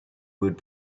would